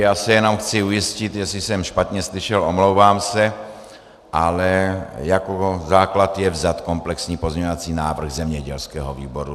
Já se jenom chci ujistit, jestli jsem špatně slyšel, omlouvám se, ale jako základ je vzat komplexní pozměňovací návrh zemědělského výboru.